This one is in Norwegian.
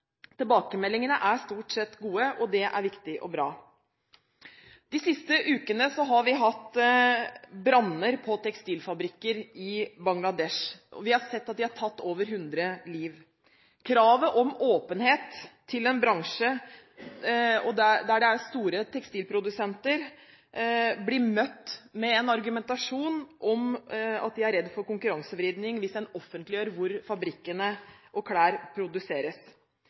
Tilbakemeldingene er stort sett gode, og det er viktig og bra. De siste ukene har vi hatt branner på tekstilfabrikker i Bangladesh, og vi har sett at de har tatt over hundre liv. Kravet om åpenhet til en bransje der det er store tekstilprodusenter blir møtt med en argumentasjon om at de er redd for konkurransevridning hvis en offentliggjør hvor fabrikkene er og hvor klær produseres.